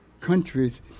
countries